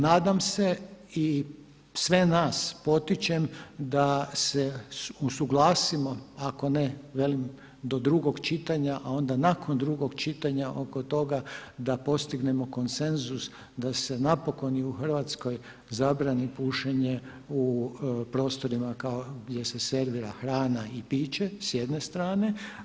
Nadam se i sve nas potičem da se usuglasimo ako ne velim do drugog čitanja, a onda nakon drugog čitanja da postignemo konsenzus da se napokon i u Hrvatskoj zabrani pušenje u prostorima gdje se servira hrana i piće s jedne strane.